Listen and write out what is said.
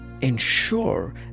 ensure